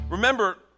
Remember